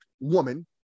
woman